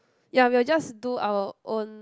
ya we'll just do our own